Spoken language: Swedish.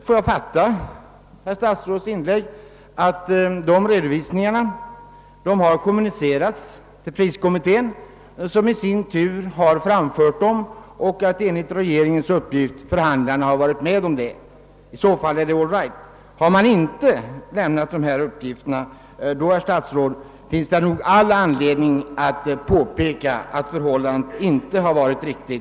Får jag fatta herr statsrådets inlägg så att dessa redovisningar överlämnades till priskommittén, som i sin tur framförde dem, och att enligt regeringens uppgift förhandlarna också varit med på detta? I så fall är det all right. Men om man inte lämnat dessa uppgifter, finns det nog all anledning att påpeka att förhållandena inte är som de borde vara.